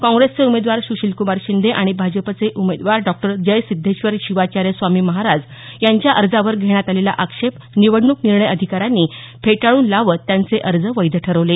काँग्रेसचे उमेदवार सुशीलक्मार शिंदे आणि भाजपचे उमदेवार डॉक्टर जयसिद्धेश्वर शिवाचार्य स्वामी महाराज यांच्या अर्जावर घेण्यात आलेला आक्षेप निवडणूक निर्णय अधिकाऱ्यांनी फेटाळून लावत त्यांचे अर्ज वैध ठरवले